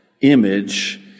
image